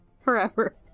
Forever